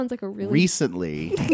recently